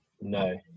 No